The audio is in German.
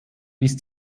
bis